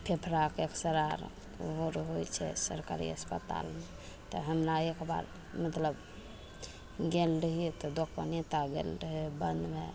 फेफड़ाके x ray अर ओहो अर होइ छै सरकारी अस्पतालमे तहन एकबार मतलब गेल रहियै तऽ दोकाने ता गेल रहय बन्द भए